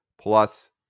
plus